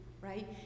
right